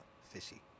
fishy